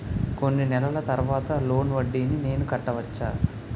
కొన్ని నెలల తర్వాత లోన్ వడ్డీని నేను కట్టవచ్చా?